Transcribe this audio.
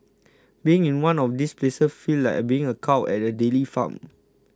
being in one of these places feels like being a cow at a dairy farm